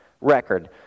record